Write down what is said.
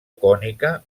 cònica